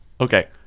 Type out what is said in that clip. Okay